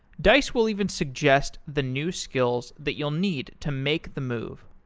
dice will even suggest the new skills that you'll need to make the move.